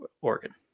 Oregon